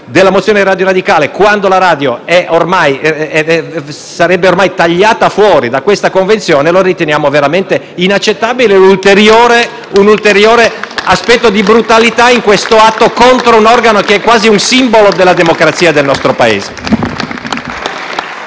della mozione Radio Radicale quando la radio sarebbe ormai tagliata fuori dalla convenzione riteniamo sia veramente inaccettabile, un ulteriore aspetto di brutalità nell'atto posto in essere contro un organo che è quasi un simbolo della democrazia nel nostro Paese.